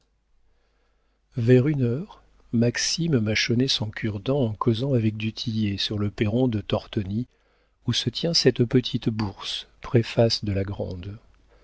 vers une heure maxime mâchonnait son cure-dents en causant avec du tillet sur le perron de tortoni où se tient cette petite bourse préface de la grande